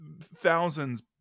thousands